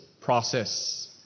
process